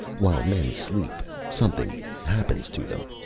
while men sleep something happens to them!